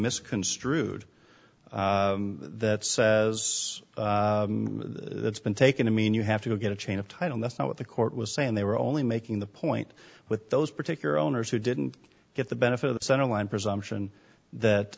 misconstrued that says that's been taken to mean you have to get a chain of title that's not what the court was saying they were only making the point with those particular owners who didn't get the benefit of the centerline presumption that